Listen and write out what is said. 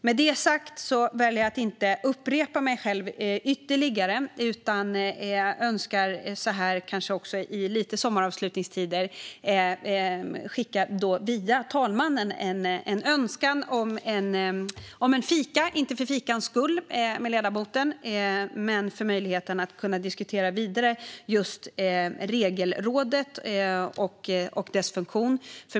Med det sagt väljer jag att inte upprepa mig ytterligare, utan så här lite grann i sommaravslutningstider skickar jag via talmannen en önskan om en fika med ledamoten - inte för fikans skull utan för möjligheten att diskutera vidare gällande Regelrådet och dess funktion.